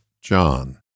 John